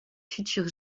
futurs